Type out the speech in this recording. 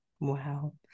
wow